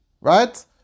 right